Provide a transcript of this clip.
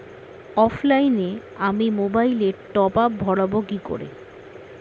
অফলাইনে আমি মোবাইলে টপআপ ভরাবো কি করে?